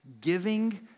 Giving